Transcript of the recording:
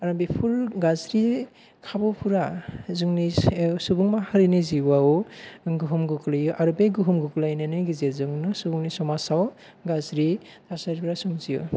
आरो बेफोर गाज्रि खाबुफोरा जोंनि साआव सुबुं माहारिनि जिउआव गोहोम गोग्लैयो आरो बे गोहोम गोग्लैनायनि गेजेरजों सुबुंनि समासआव गाज्रि थासारिआ सोमजियो